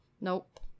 Nope